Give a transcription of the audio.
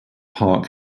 park